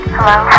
Hello